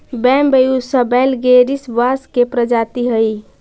Bambusa vulgaris बाँस के प्रजाति हइ